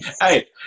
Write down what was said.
Hey